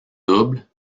double